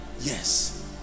yes